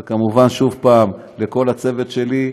וכמובן, שוב, לכל הצוות שלי,